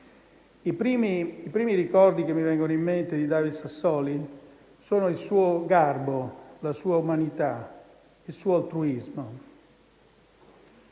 i primi ricordi che mi vengono in mente di David Sassoli sono il suo garbo, la sua umanità, il suo altruismo,